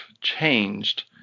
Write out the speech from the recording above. changed